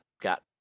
got